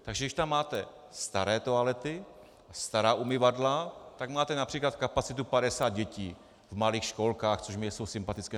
Takže když tam máte staré toalety, stará umyvadla, tak máte například kapacitu 50 dětí v malých školkách, což mně jsou sympatické.